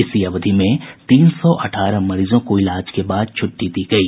इसी अवधि में तीन सौ अठारह मरीजों को इलाज के बाद छुट्टी दी गयी